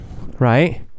right